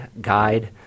guide